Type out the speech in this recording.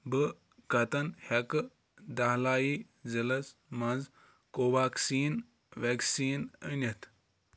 بہٕ کَتٮ۪ن ہیٚکہٕ دہلایی ضلعس مَنٛز کو ویکسیٖن ویکسیٖن أنِتھ